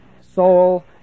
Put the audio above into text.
soul